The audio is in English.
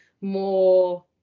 more